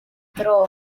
dro